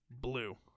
Blue